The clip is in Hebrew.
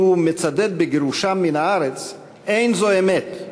הוא מצדד בגירושם מן הארץ אין זו אמת,